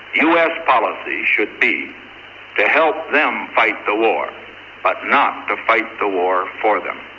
us policy should be to help them fight the war but not to fight the war for them.